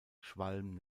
schwalm